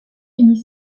unis